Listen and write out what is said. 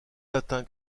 atteints